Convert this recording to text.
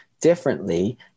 differently